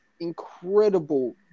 incredible